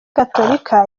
gatolika